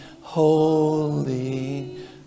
holy